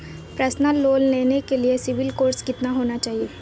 Personal loan लेने के लिए सिबिल स्कोर कितना होना चाहिए?